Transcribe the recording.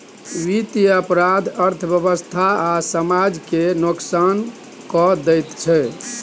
बित्तीय अपराध अर्थव्यवस्था आ समाज केँ नोकसान कए दैत छै